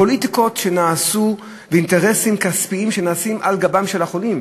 פוליטיקות שנעשו ואינטרסים כספיים שפועלים על גבם של החולים